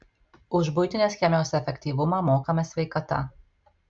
už buitinės chemijos efektyvumą mokame sveikata